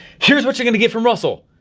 here's what you're gonna get from russell,